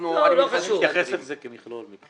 אני מתייחס לזה כמכלול.